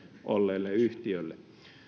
olleelle yhtiölle